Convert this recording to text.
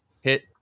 hit